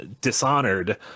Dishonored